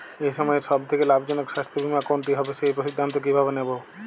এই সময়ের সব থেকে লাভজনক স্বাস্থ্য বীমা কোনটি হবে সেই সিদ্ধান্ত কীভাবে নেব?